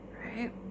right